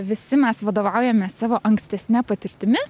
visi mes vadovaujamės savo ankstesne patirtimi